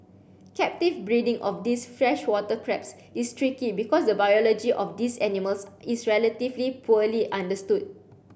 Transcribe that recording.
captive breeding of these freshwater crabs is tricky because the biology of these animals is relatively poorly understood